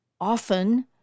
often